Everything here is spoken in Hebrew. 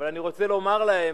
אבל אני רוצה לומר להם,